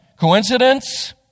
Coincidence